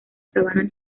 sabana